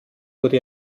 wurde